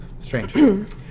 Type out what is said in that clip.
Strange